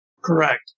Correct